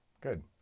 good